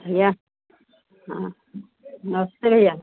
भैया नमस्ते भैया